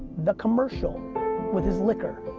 the commercial with his liquor,